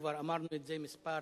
כבר אמרנו את זה כמה פעמים,